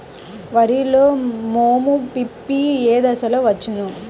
వరిలో మోము పిప్పి ఏ దశలో వచ్చును?